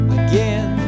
again